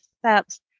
steps